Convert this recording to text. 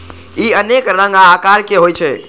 ई अनेक रंग आ आकारक होइ छै